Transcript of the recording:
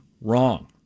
wrong